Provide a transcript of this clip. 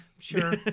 sure